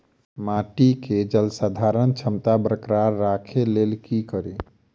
माटि केँ जलसंधारण क्षमता बरकरार राखै लेल की कड़ी?